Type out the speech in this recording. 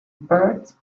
bert